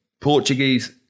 Portuguese